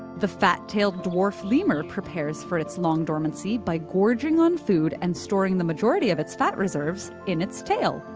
the fat-tailed dwarf lemur prepares for its long dormancy by gorging on food and storing the majority of its fat reserves in its tail,